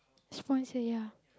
sponsored ya